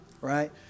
Right